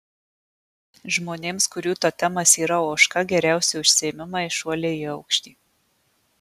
žmonėms kurių totemas yra ožka geriausi užsiėmimai šuoliai į aukštį